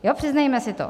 Jo, přiznejme si to.